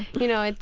you know,